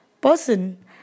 person